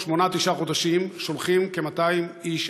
בתוך שמונה-תשעה חודשים שולחים כ-200 איש